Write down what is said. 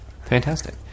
Fantastic